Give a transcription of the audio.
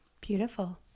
Beautiful